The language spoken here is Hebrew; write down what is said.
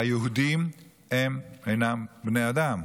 שהיהודים אינם בני אדם.